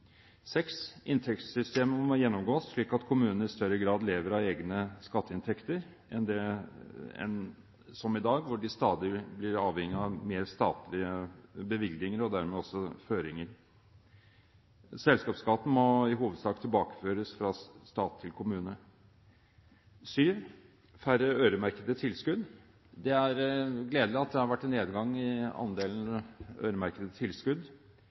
må gjennomgås, slik at kommunene i større grad enn i dag lever av egne skatteinntekter. De blir stadig mer avhengig av statlige bevilgninger – og dermed også føringer. Selskapsskatten må i hovedsak tilbakeføres fra stat til kommune. Færre øremerkede tilskudd: Det er gledelig at det har vært en nedgang i andelen øremerkede tilskudd.